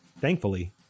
Thankfully